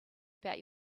about